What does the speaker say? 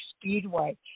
Speedway